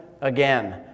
Again